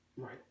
Right